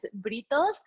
Britos